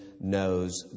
knows